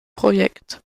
projekt